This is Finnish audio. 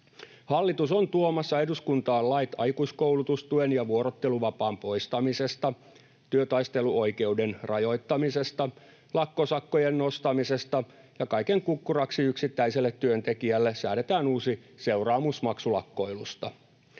Hallitus on tuomassa eduskuntaan lait aikuiskoulutustuen ja vuorotteluvapaan poistamisesta, työtaisteluoikeuden rajoittamisesta ja lakkosakkojen nostamisesta, ja kaiken kukkuraksi yksittäiselle työntekijälle säädetään uusi seuraamusmaksu lakkoilusta.